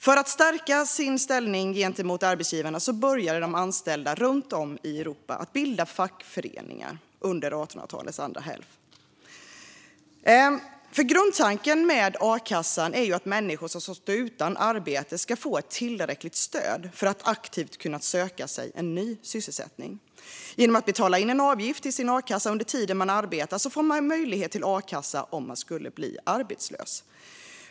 För att stärka sin ställning gentemot arbetsgivarna började de anställda runt om i Europa bilda fackföreningar under 1800-talets andra hälft. Grundtanken med a-kassan är att människor som står utan arbete ska få ett tillräckligt stöd för att aktivt kunna söka sig en ny sysselsättning. Genom att betala in en avgift till sin a-kassa under tiden man arbetar får man möjlighet till a-kassa om man skulle bli arbetslös.